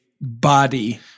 body